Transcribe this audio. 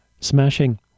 Smashing